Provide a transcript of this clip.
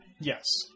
Yes